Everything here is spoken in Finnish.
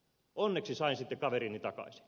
onneksi sain sitten kaverini takaisin